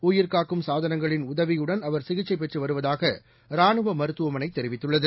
உயிர்காக்கும் சாதனங்களின் உதவியுடன் அவர் சிகிச்சைபெற்றுவருவதாகராணுவமருத்துவமனைதெரிவித்துள்ளது